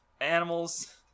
animals